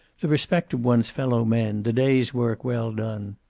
the respect of one's fellow men, the day's work well done.